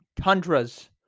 tundras